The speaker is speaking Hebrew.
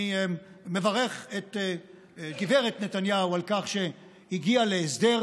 אני מברך את גב' נתניהו על כך שהגיעה להסדר,